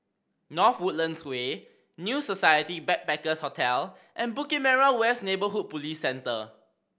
North Woodlands Way New Society Backpackers' Hotel and Bukit Merah West Neighbourhood Police Centre